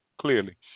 clearly